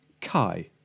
Kai